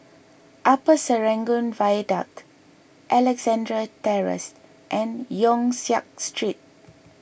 Upper Serangoon Viaduct Alexandra Terrace and Yong Siak Street